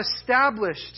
established